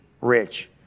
rich